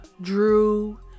Drew